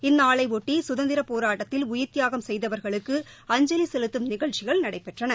இந்நாளைபொட்டி சுதந்திர போராட்டத்தில் உயிர் தியாகம் செய்தவர்களுக்கு அஞ்சவி செலுத்தும் நிகழ்ச்சிகள் நடைபெற்றன